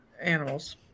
animals